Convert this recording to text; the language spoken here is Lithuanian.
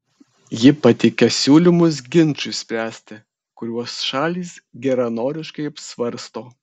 ji pateikia siūlymus ginčui spręsti kuriuos šalys geranoriškai apsvarsto